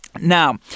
Now